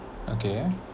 okay